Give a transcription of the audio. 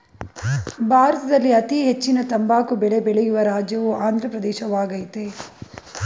ಭಾರತದಲ್ಲಿ ಅತೀ ಹೆಚ್ಚಿನ ತಂಬಾಕು ಬೆಳೆ ಬೆಳೆಯುವ ರಾಜ್ಯವು ಆಂದ್ರ ಪ್ರದೇಶವಾಗಯ್ತೆ